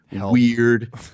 weird